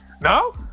No